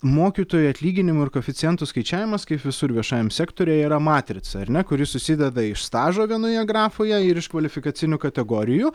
mokytojų atlyginimų ir koeficientų skaičiavimas kaip visur viešajam sektoriuj yra matrica ar ne kuri susideda iš stažo vienoje grafoje ir iš kvalifikacinių kategorijų